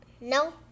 No